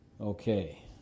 Okay